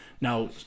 Now